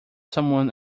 someone